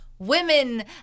Women